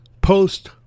post